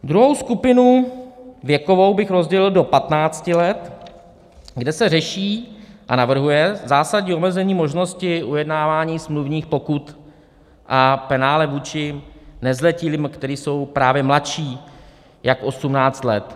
Druhou skupinu věkovou bych rozdělil do patnácti let, kde se řeší a navrhuje zásadní omezení možnosti ujednávání smluvních pokut a penále vůči nezletilým, kteří jsou právě mladší jak osmnáct let.